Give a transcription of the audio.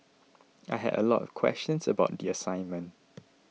I had a lot of questions about the assignment